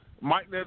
Mike